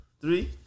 Three